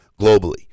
globally